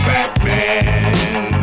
Batman